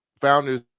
founders